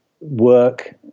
work